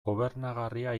gobernagarria